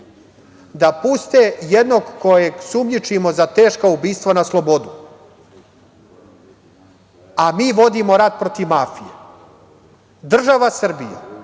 da puste jednog kojeg sumnjičimo za teška ubistva na slobodu, a mi vodimo rat protiv mafije. Država Srbija